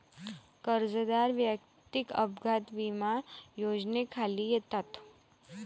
कर्जदार वैयक्तिक अपघात विमा योजनेखाली येतात